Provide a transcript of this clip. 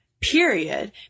period